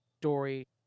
story